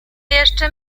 jeszcze